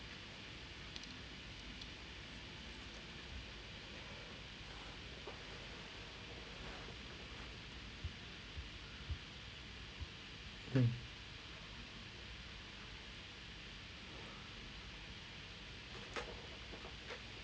mm